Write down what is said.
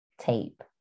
tape